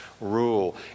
rule